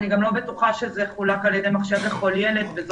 אני גם לא בטוחה שזה חולק על ידי מחשב לכל ילד.